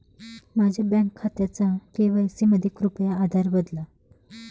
माझ्या बँक खात्याचा के.वाय.सी मध्ये कृपया आधार बदला